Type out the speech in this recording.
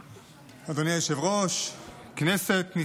כן, הצעת החוק